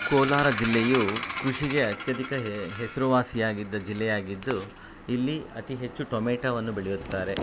ಕೋಲಾರ ಜಿಲ್ಲೆಯು ಕೃಷಿಗೆ ಅತ್ಯಧಿಕ ಹೆಸರುವಾಸಿಯಾಗಿದ್ದ ಜಿಲ್ಲೆಯಾಗಿದ್ದು ಇಲ್ಲಿ ಅತಿ ಹೆಚ್ಚು ಟೊಮೇಟೊವನ್ನು ಬೆಳೆಯುತ್ತಾರೆ